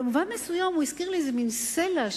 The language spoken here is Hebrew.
במובן מסוים הוא הזכיר לי איזה מין סלע.